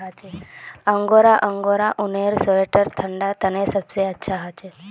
angora angora ऊनेर sweater ठंडा तने सबसे अच्छा हछे